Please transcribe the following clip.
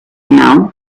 now